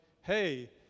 hey